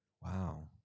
Wow